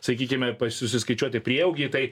sakykime susiskaičiuoti prieaugį tai